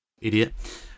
Idiot